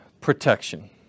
protection